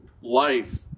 life